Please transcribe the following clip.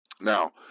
Now